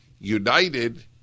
United